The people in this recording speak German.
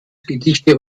gedichte